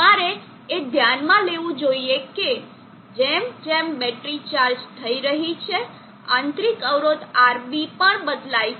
તમારે એ પણ ધ્યાનમાં લેવું જોઈએ કે જેમ જેમ બેટરી ચાર્જ થઈ રહી છે આંતરિક અવરોધ RB પણ બદલાય છે